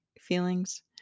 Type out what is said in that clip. feelings